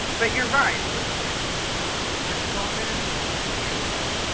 but you're right, looking at the the comments is huge.